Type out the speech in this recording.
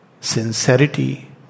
sincerity